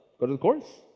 go to the course.